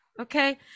Okay